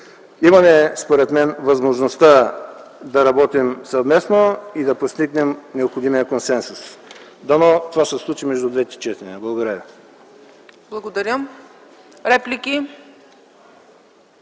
мен имаме възможността да работим съвместно и да постигнем необходимия консенсус. Дано това се случи между двете четения. Благодаря ви.